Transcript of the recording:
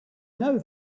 know